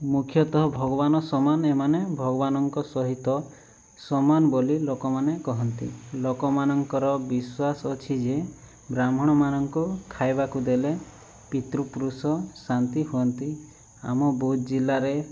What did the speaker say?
ମୁଖ୍ୟତଃ ଭଗବାନ ସମାନ ଏମାନେ ଭଗବାନଙ୍କ ସହିତ ସମାନ ବୋଲି ଲୋକମାନେ କହନ୍ତି ଲୋକମାନଙ୍କର ବିଶ୍ଵାସ ଅଛି ଯେ ବ୍ରାହ୍ମଣମାନଙ୍କୁ ଖାଇବାକୁ ଦେଲେ ପିତୃପୁରୁଷ ଶାନ୍ତି ହୁଅନ୍ତି ଆମ ବୌଦ୍ଧ ଜିଲ୍ଲାରେ